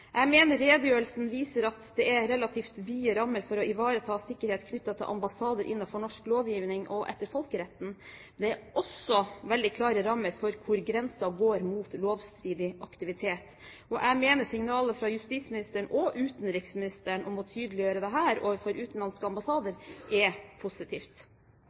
Jeg mener redegjørelsen viser at det er relativt vide rammer for å ivareta sikkerheten knyttet til ambassader innenfor norsk lovgivning og etter folkeretten. Det er også veldig klare rammer for hvor grensen går mot lovstridig aktivitet. Jeg mener signalet fra justisministeren og utenriksministeren om å tydeliggjøre dette overfor utenlandske ambassader er positivt.